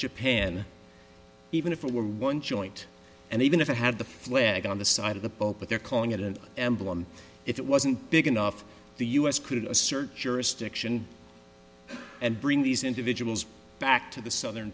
japan even if it were one joint and even if it had the flag on the side of the pope but they're calling it an emblem if it wasn't big enough the u s crude search jurisdiction and bring these individuals back to the southern